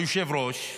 היושב-ראש,